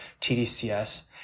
TDCS